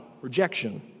rejection